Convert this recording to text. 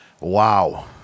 wow